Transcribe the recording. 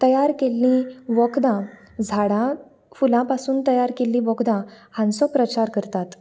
तयार केल्ली वखदां झाडां फुलां पासून तयार केल्ली वखदां हांचो प्रचार करतात